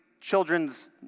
children's